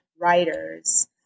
writers